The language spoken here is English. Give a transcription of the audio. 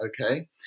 okay